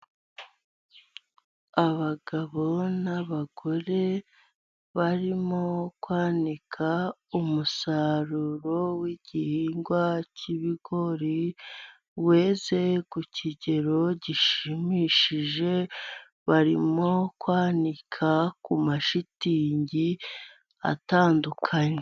Abagabo n'abagore barimo kwanika umusaruro w'igihingwa cy'ibigori, weze ku kigero gishimishije barimo kwanika ku mashitingi atandukanye.